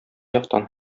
яктан